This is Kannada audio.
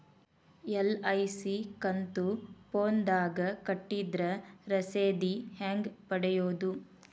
ಎಲ್.ಐ.ಸಿ ಕಂತು ಫೋನದಾಗ ಕಟ್ಟಿದ್ರ ರಶೇದಿ ಹೆಂಗ್ ಪಡೆಯೋದು?